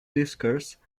discourse